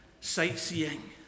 sightseeing